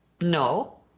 No